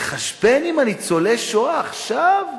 להתחשבן עם ניצולי השואה עכשיו?